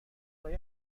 لای